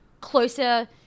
closer